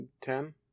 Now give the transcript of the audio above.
Ten